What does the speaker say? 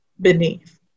beneath